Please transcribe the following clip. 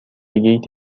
گیت